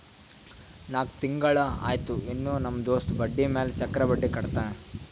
ನಾಕ್ ತಿಂಗುಳ ಆಯ್ತು ಇನ್ನಾನೂ ನಮ್ ದೋಸ್ತ ಬಡ್ಡಿ ಮ್ಯಾಲ ಚಕ್ರ ಬಡ್ಡಿ ಕಟ್ಟತಾನ್